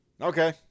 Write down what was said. Okay